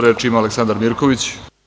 Reč ima Aleksandar Mirković.